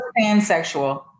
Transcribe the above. pansexual